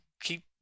keep